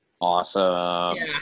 Awesome